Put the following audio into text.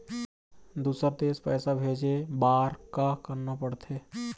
दुसर देश पैसा भेजे बार का करना पड़ते?